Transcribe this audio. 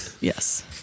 Yes